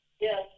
Yes